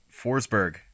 Forsberg